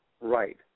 right